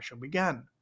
began